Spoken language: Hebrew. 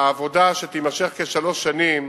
העבודה, שתימשך כשלוש שנים,